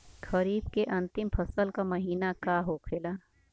खरीफ के अंतिम फसल का महीना का होखेला?